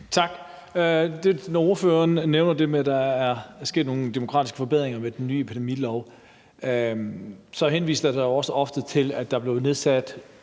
Tak. Når ordføreren nævner det med, at der er sket nogle demokratiske forbedringer med den nye epidemilov, så henvises der også ofte til, at der er en